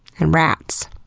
and rats.